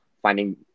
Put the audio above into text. finding